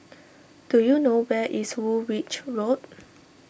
do you know where is Woolwich Road